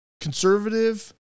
conservative